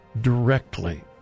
directly